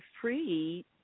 free